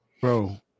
Bro